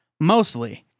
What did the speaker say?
mostly